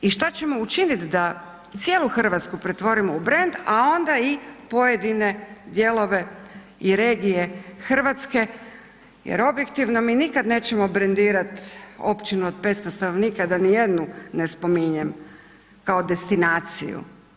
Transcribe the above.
I šta ćemo učiniti da cijelu Hrvatsku pretvorimo u brend a onda i pojedine dijelove i regije Hrvatske jer objektivno mi nikad nećemo brendirati općinu od 500 stanovnika da ni jednu ne spominjem kao destinaciju.